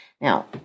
Now